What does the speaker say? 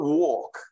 walk